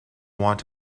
want